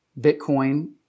Bitcoin